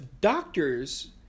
doctors